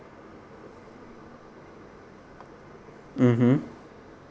mmhmm